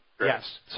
Yes